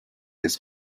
his